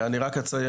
אני רק אציין,